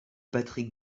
patrick